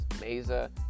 Mesa